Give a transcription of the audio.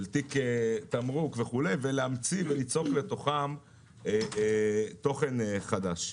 של תיק תמרוק וכולי ולהמציא וליצוק לתוכם תוכן חדש.